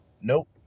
nope